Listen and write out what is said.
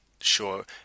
sure